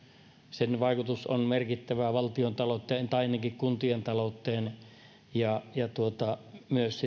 sen vaikutus valtiontalouteen tai ainakin kuntien talouteen on merkittävää myös